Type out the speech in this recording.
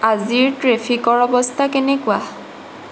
আজিৰ ট্ৰেফিকৰ অৱস্থা কেনেকুৱা